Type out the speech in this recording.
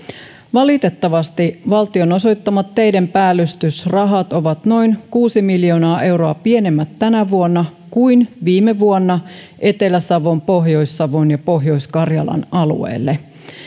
valitettavasti valtion osoittamat teiden päällystysrahat ovat noin kuusi miljoonaa euroa pienemmät tänä vuonna kuin viime vuonna etelä savon pohjois savon ja pohjois karjalan alueelle